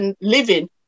living